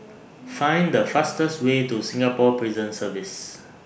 Find The fastest Way to Singapore Prison Service